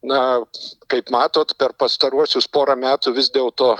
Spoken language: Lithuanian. na kaip matot per pastaruosius porą metų vis dėl to